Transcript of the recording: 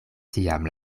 tiam